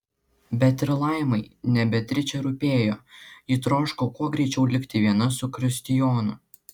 bet ir laimai ne beatričė rūpėjo ji troško kuo greičiau likti viena su kristijonu